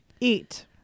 Eat